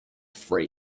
three